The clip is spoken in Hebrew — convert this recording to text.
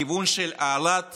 הכיוון של העלאת